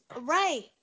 Right